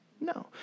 No